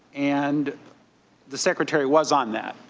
and the secretary was on that.